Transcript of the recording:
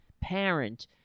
parent